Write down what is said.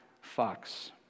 fox